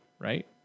right